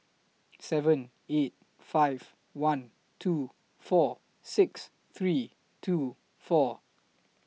seven eight five one two four six three two four